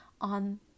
on